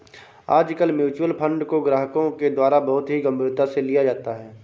आजकल mutual fund को ग्राहकों के द्वारा बहुत ही गम्भीरता से लिया जाता है